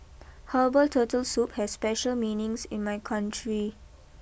Herbal Turtle Soup has special meanings in my country